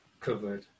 covered